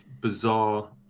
bizarre